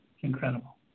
Incredible